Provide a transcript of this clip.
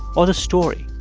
or the story?